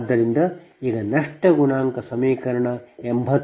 ಆದ್ದರಿಂದ ಈಗ ನಷ್ಟ ಗುಣಾಂಕ ಸಮೀಕರಣ 85